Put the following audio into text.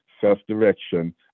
self-direction